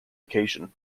occasion